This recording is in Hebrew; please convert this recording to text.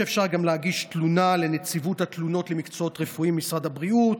אפשר גם להגיש תלונה לנציבות התלונות למקצועות רפואיים במשרד הבריאות,